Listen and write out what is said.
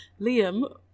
Liam